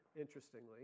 interestingly